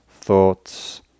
thoughts